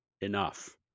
Enough